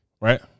right